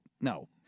no